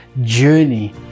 Journey